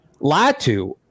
Latu